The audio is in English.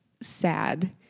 sad